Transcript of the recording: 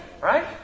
right